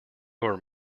over